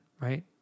right